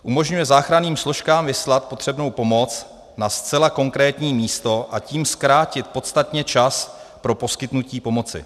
Umožňuje záchranným složkám vyslat potřebnou pomoc na zcela konkrétní místo, a tím zkrátit podstatně čas pro poskytnutí pomoci.